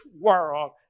world